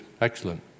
Excellent